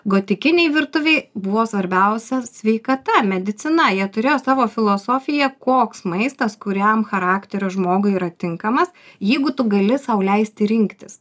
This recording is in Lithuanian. gotikinėj virtuvėj buvo svarbiausia sveikata medicina jie turėjo savo filosofiją koks maistas kuriam charakterio žmogui yra tinkamas jeigu tu gali sau leisti rinktis